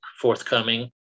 forthcoming